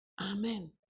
Amen